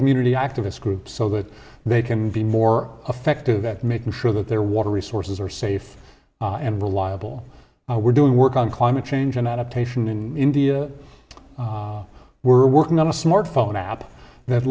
community activist groups so that they can be more effective at making sure that their water resources are safe and reliable we're doing work on climate change and adaptation in india we're working on a smartphone app that